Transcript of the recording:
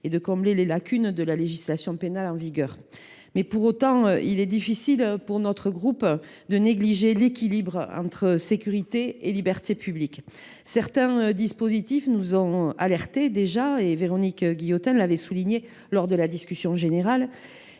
et de combler les lacunes de la législation pénale en vigueur. Cela dit, il est difficile à notre groupe de négliger l’équilibre entre la sécurité et les libertés publiques. Certains dispositifs nous ont alertés, ainsi que Véronique Guillotin l’a souligné lors de la discussion générale.